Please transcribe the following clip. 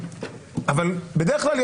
אבל בעוד שבדרך כלל,